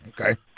Okay